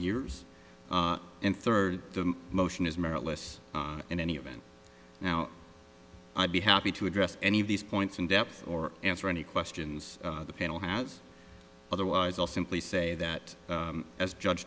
years and third the motion has merit less in any event now i'd be happy to address any of these points in depth or answer any questions the panel has otherwise i'll simply say that as judge